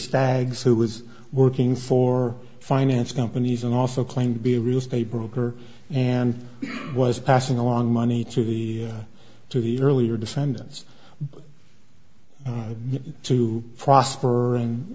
stagg's who was working for finance companies and also claimed to be a real estate broker and was passing along money to the to the earlier descendants to prosper